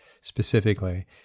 specifically